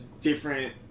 different